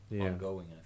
ongoing